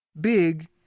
Big